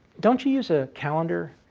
don't you use a calendar,